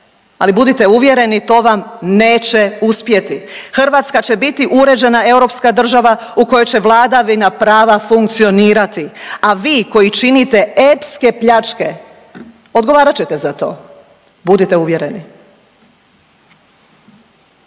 ali budite uvjereni to vam neće uspjeti. Hrvatska će biti uređena europska država u kojoj će vladavina prava funkcionirati, a vi koji činite epske pljačke odgovarat ćete za to, budite uvjereni.